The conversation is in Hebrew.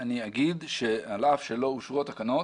אני אומר שעל אף שלא אושרו התקנות